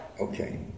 Okay